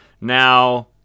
Now